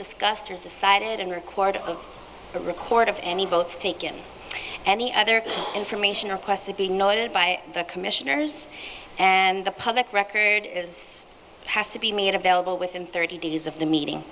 discussed or decided on record of the record of any votes taken any other information requested be noted by the commissioners and the public record is passed to be made available within thirty days of the meeting